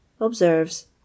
observes